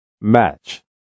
MATCH